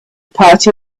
party